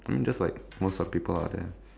I mean just like most of the people out there